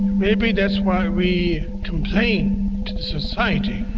maybe that's why we complain to society.